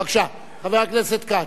בבקשה, חבר הכנסת כץ.